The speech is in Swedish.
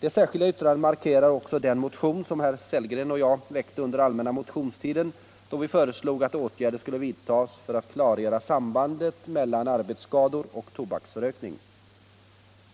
Det särskilda yttrandet markerar också den motion som herr Sellgren och jag väckte under allmänna motionstiden, då vi föreslog att åtgärder skulle vidtas för att klargöra sambandet mellan asbestskador och tobaksrökning.